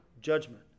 judgment